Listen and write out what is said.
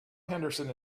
henderson